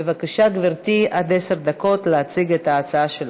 בבקשה, גברתי, עד עשר דקות להציג את ההצעה שלך.